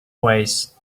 ways